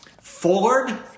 Ford